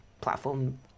platform